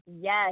Yes